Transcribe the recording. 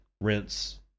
rinse